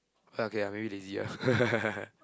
ah okay ah maybe lazy ah